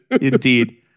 indeed